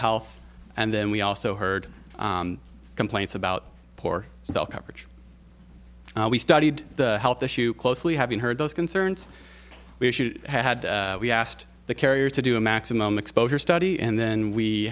health and then we also heard complaints about poor health coverage we studied the health issue closely having heard those concerns we had we asked the carrier to do a maximum exposure study and then we